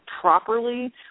properly